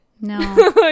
No